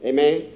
Amen